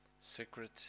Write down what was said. secret